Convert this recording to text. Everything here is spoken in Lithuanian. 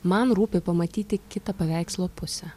man rūpi pamatyti kitą paveikslo pusę